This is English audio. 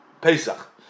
Pesach